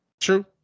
True